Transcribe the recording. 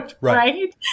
Right